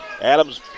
adams